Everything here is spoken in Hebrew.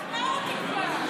שחרר אותי כבר.